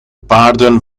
paarden